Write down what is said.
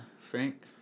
Frank